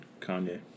Kanye